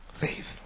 faith